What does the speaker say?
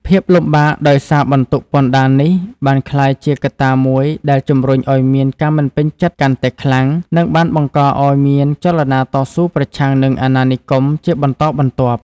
ភាពលំបាកដោយសារបន្ទុកពន្ធដារនេះ បានក្លាយជាកត្តាមួយដែលជំរុញឱ្យមានការមិនពេញចិត្តកាន់តែខ្លាំង និងបានបង្កឱ្យមានចលនាតស៊ូប្រឆាំងនឹងអាណានិគមជាបន្តបន្ទាប់។